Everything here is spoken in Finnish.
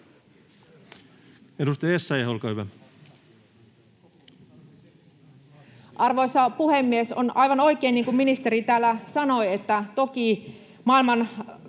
Edustaja Essayah, olkaa hyvä. Arvoisa puhemies! On aivan oikein, niin kuin ministeri täällä sanoi, että toki